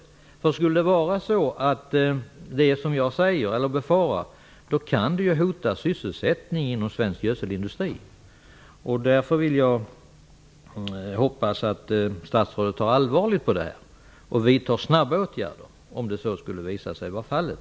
Om det skulle vara så som jag befarar, kan det hota sysselsättningen inom svensk gödselindustri. Därför hoppas jag att statsrådet tar det här på allvar och snabbt vidtar åtgärder om så skulle visa sig vara fallet.